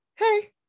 Hey